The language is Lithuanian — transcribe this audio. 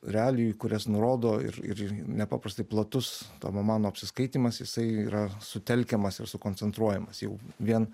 realijų kurias nurodo ir ir nepaprastai platus tomo mano apsiskaitymas jisai yra sutelkiamas ir sukoncentruojamas jau vien